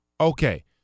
Okay